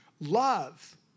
Love